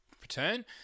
return